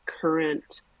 current